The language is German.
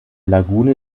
lagune